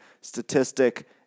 statistic